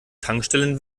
tankstellen